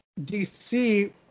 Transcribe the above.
DC